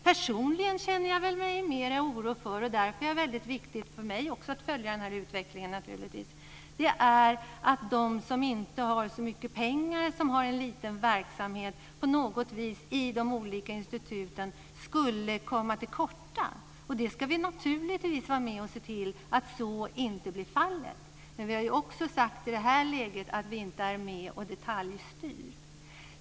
Personligen känner jag väl mig mer orolig för - därför är det också naturligtvis väldigt viktigt för mig att följa den här utvecklingen - att de som inte har så mycket pengar och som har en liten verksamhet på något vis i de olika instituten skulle komma till korta. Det ska vi naturligtvis vara med och se till att så inte blir fallet. Men vi har också sagt i det här läget att vi inte är med och detaljstyr.